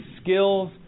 skills